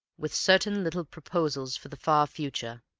with certain little proposals for the far future,